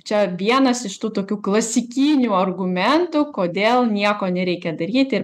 čia vienas iš tų tokių klasikinių argumentų kodėl nieko nereikia daryt ir